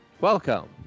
Welcome